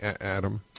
Adam